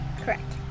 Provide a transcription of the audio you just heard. Correct